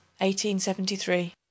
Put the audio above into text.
1873